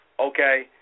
Okay